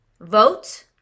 Vote